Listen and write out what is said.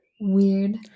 weird